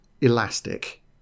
elastic